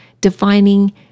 defining